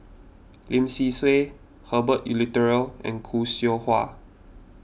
Lim Swee Say Herbert Eleuterio and Khoo Seow Hwa